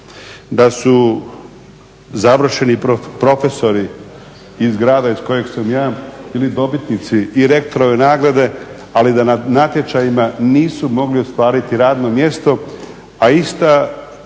Da su završeni profesori iz grada iz kojeg sam ja ili dobitnici … nagrade, ali da na natječajima nisu mogli ostvariti radno mjesto, a ista